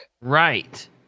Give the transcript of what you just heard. Right